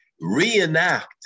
Reenact